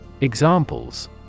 Examples